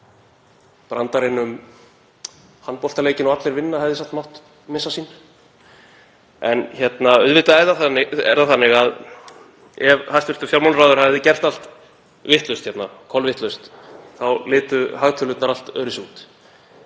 brandarinn um handboltaleikinn og Allir vinna hefði mátt missa sín. En auðvitað er það þannig að ef hæstv. fjármálaráðherra hefði gert allt vitlaust hérna, kolvitlaust, þá litu hagtölurnar allt öðruvísi út.